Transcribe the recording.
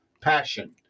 passion